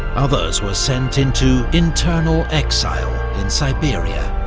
others were sent into internal exile in siberia.